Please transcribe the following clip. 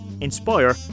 inspire